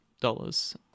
dollars